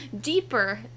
deeper